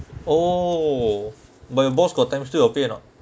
oh but your boss got time still got play or not